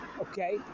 okay